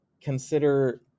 consider